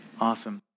Awesome